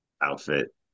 outfit